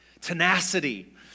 Tenacity